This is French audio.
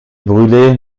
brûlé